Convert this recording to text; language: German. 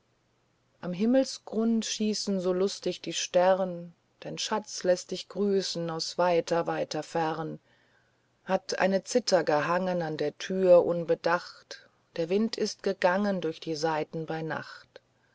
am himmelsgrund schießen so lustig die stern dein schatz läßt dich grüßen aus weiter weiter fern hat eine zither gehangen an der tür unbeacht der wind ist gegangen durch die saiten bei nacht